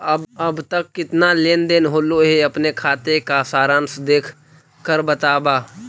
अब तक कितना लेन देन होलो हे अपने खाते का सारांश देख कर बतावा